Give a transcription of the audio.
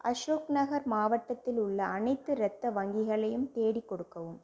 அசோக்நகர் மாவட்டத்தில் உள்ள அனைத்து இரத்த வங்கிகளையும் தேடிக் கொடுக்கவும்